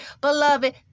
Beloved